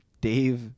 Dave